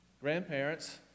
grandparents